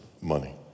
money